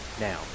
now